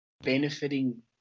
benefiting